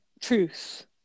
truth